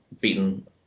beaten